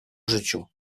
życiu